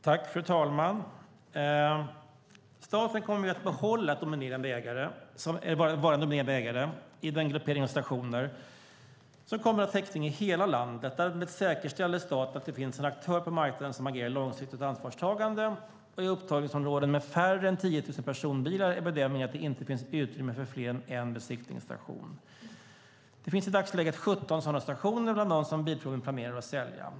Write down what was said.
Fru talman! Staten kommer att fortsätta att vara en dominerande ägare i den gruppering av stationer som kommer att ha täckning i hela landet. Därmed säkerställer staten att det finns en aktör på marknaden som agerar långsiktigt och ansvarstagande. I upptagningsområden med färre än 10 000 personbilar bedömer jag att det inte finns utrymme för fler än en besiktningsstation. Det finns i dagsläget 17 sådana stationer bland dem som Bilprovningen planerar att sälja.